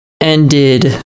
ended